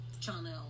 channel